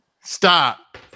Stop